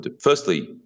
firstly